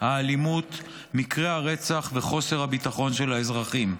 האלימות מקרי הרצח וחוסר הביטחון של האזרחים.